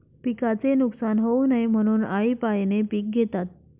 पिकाचे नुकसान होऊ नये म्हणून, आळीपाळीने पिक घेतात